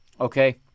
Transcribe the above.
Okay